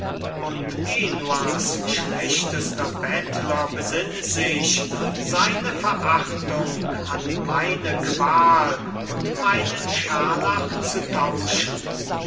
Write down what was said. und genuas schlechtester bettler besinnt sich seine verachtung an meine qual und meinen scharlach zu tauschen